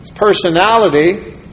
personality